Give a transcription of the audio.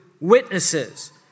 witnesses